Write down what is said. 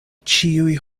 ĉiuj